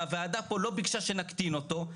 והוועדה פה לא ביקשה שנקטין אותו,